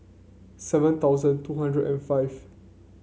seven thousand two hundred and five